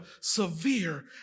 severe